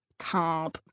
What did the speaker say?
carb